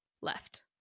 left